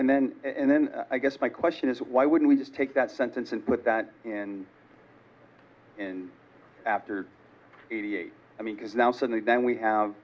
and then and then i guess my question is why wouldn't we just take that sentence and put that in after eighty eight because now suddenly then we have